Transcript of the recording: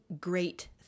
great